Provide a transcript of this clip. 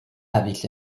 avec